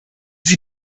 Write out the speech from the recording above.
sie